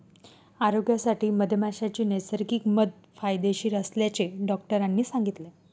आरोग्यासाठी मधमाशीचे नैसर्गिक मध फायदेशीर असल्याचे डॉक्टरांनी सांगितले